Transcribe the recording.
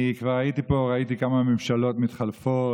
כבר הייתי פה וראיתי כמה ממשלות מתחלפות